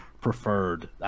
preferred